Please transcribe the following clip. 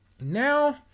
Now